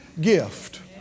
gift